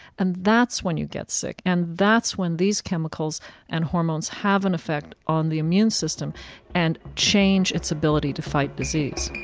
and that's when you get sick, and that's when these chemicals and hormones have an effect on the immune system and change its ability to fight disease